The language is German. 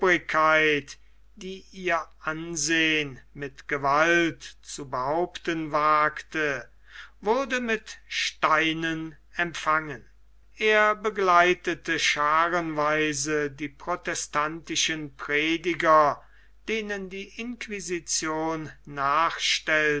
die ihr ansehen mit gewalt zu behaupten wagte wurde mit steinen empfangen er begleitete schaarenweis die protestantischen prediger denen die inquisition nachstellte